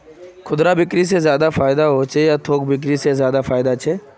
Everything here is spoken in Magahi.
खुदरा बिक्री से ज्यादा फायदा होचे या थोक बिक्री से ज्यादा फायदा छे?